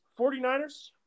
49ers